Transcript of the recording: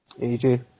AJ